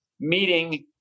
meeting